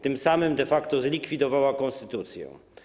Tym samym de facto zlikwidowała konstytucję.